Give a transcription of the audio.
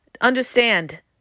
understand